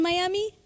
Miami